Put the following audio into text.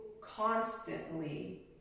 constantly